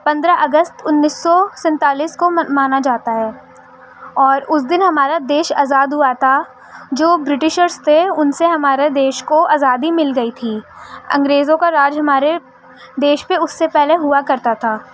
پندرہ اگست انیس سو سینتالیس کو مانا جاتا ہے اور اس دن ہمارا دیش آزاد ہوا تھا جو بریٹشرس تھے ان سے ہمارے دیش کو آزادی مل گئی تھی انگریزوں کا راج ہمارے دیش پہ اس سے پہلے ہوا کرتا تھا